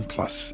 Plus